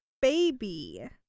baby